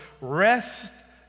rest